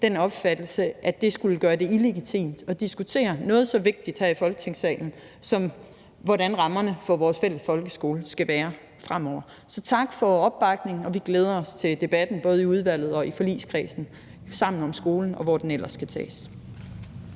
den holdning, at det skulle gøre det illegitimt at diskutere noget så vigtigt her i Folketingssalen, som hvordan rammerne for vores fælles folkeskole skal være fremover. Så tak for opbakningen, og vi glæder os til debatten både i udvalget og i forligskredsen »Sammen om skolen«, og hvor den ellers skal tages.